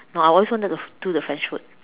no I always wanted to do the French food